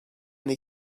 they